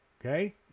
Okay